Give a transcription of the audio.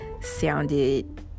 sounded